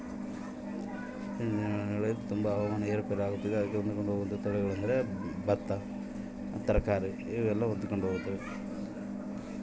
ಇತ್ತೇಚಿನ ದಿನಗಳಲ್ಲಿ ತುಂಬಾ ಹವಾಮಾನ ಏರು ಪೇರು ಆಗುತ್ತಿದೆ ಅದಕ್ಕೆ ಹೊಂದಿಕೊಂಡು ಹೋಗುವ ತಳಿಗಳು ಇವೆಯಾ?